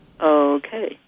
okay